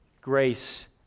Grace